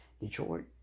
Detroit